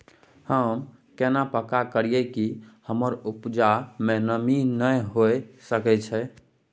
हम केना पक्का करियै कि हमर उपजा में नमी नय होय सके छै?